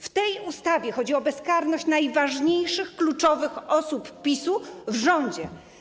W tej ustawie chodzi o bezkarność najważniejszych, kluczowych osób PiS-u w rządzie.